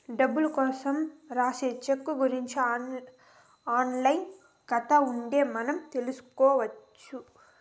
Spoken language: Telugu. డబ్బులు కోసం రాసే సెక్కు గురుంచి ఆన్ లైన్ ఖాతా ఉంటే మనం తెల్సుకొచ్చు